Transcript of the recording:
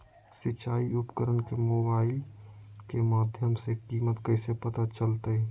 सिंचाई उपकरण के मोबाइल के माध्यम से कीमत कैसे पता चलतय?